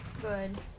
Good